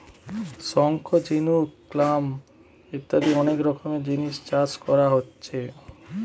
শঙ্খ, ঝিনুক, ক্ল্যাম ইত্যাদি অনেক রকমের জিনিস চাষ কোরা হচ্ছে